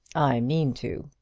i mean to.